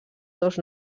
dos